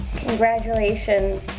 Congratulations